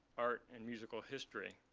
art, and musical history.